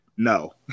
No